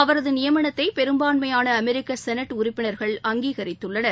அவரது நியமனத்தை பெரும்பான்மையான அமெரிக்க சௌட் உறுப்பினர்கள் அங்கீகரித்துள்ளனர்